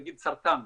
נגיד סרטן,